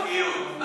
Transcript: לא הכול זוגיות.